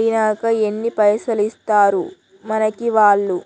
ఐనాక ఎన్ని పైసల్ ఇస్తరు మనకి వాళ్లు?